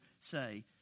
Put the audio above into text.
say